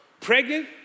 pregnant